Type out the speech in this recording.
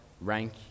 rank